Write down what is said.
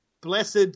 Blessed